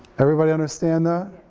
everybody understand that?